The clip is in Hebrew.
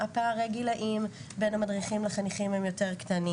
שפערי הגילים בין המדריכים לחניכים קטנים יותר,